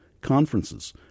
conferences